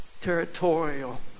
territorial